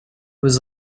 was